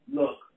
look